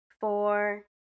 four